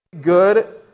good